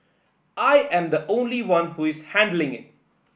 I am the only one who is handling it